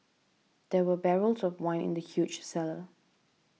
there were barrels of wine in the huge cellar